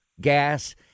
gas